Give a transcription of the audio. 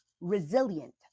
resilient